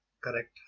Correct।